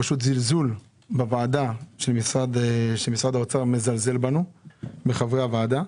זלזול בוועדה, שמשרד האוצר מזלזל בחברי הוועדה.